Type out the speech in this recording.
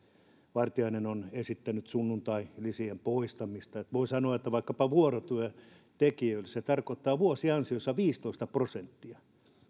vartiainen on esittänyt sunnuntailisien poistamista voi sanoa että vaikkapa vuorotyön tekijöille se tarkoittaa vuosiansiossa viittätoista prosenttia